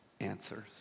answers